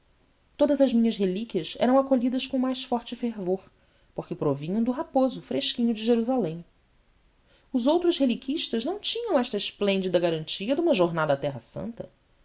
todas as minhas relíquias eram acolhidas com o mais forte fervor porque provinham do raposo fresquinho de jerusalém os outros reliquistas não tinham esta esplêndida garantia de uma jornada à terra santa